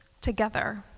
together